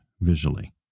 visually